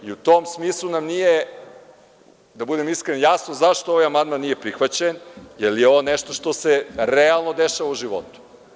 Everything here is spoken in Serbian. U tom smislu nam nije, da budem iskren, jasno zašto ovaj amandman nije prihvaćen jer ne on nešto što se realno dešava u životu.